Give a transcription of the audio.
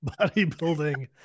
bodybuilding